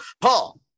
Paul